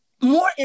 more